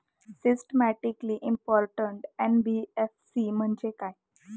Systematically important NBFC म्हणजे काय?